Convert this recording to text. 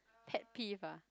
pet peeve ah